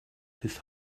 his